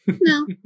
No